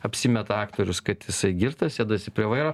apsimeta aktorius kad jisai girtas sėdasi prie vairo